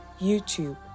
YouTube